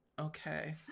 Okay